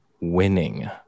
winning